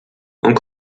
und